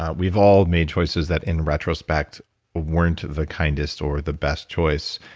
ah we've all made choices that in retrospect weren't the kindest or the best choice,